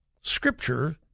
Scripture